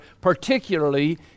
particularly